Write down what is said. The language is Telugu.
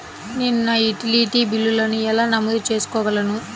నేను నా యుటిలిటీ బిల్లులను ఎలా నమోదు చేసుకోగలను?